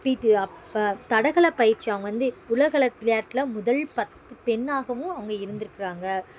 பிடி அப்போ தடகள பயிற்சி அவங்க வந்து உலக விளையாட்டுல முதல் பத்து பெண்ணாகவும் அவங்க இருந்துருக்கிறாங்க